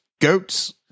goats